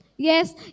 Yes